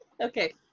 Okay